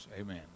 Amen